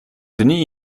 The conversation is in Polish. dni